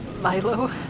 Milo